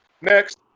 next